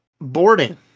boarding